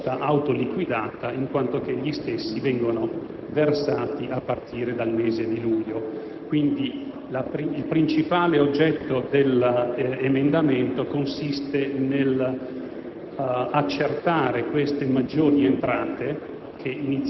dell'andamento effettivo degli incassi relativi all'imposta autoliquidata, in quanto gli stessi vengono riscossi a partire dal mese di luglio. Il principale oggetto dell'emendamento, quindi,